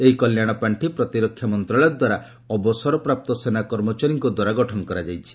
ଏହି କଲ୍ୟାଣ ପାଷ୍ଠି ପ୍ରତିରକ୍ଷା ମନ୍ତ୍ରଣାଳୟ ଦ୍ୱାରା ଅବସରପ୍ରାପ୍ତ ସେନା କର୍ମଚାରୀଙ୍କ ଦ୍ୱାରା ଗଠନ କରାଯାଇଛି